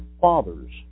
fathers